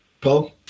Paul